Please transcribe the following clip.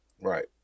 Right